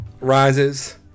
rises